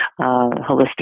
holistic